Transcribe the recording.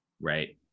Right